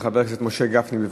חבר הכנסת משה גפני, בבקשה.